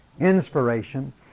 inspiration